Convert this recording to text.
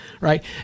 right